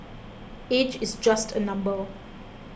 age is just a number